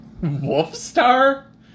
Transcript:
Wolfstar